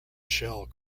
shell